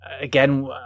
Again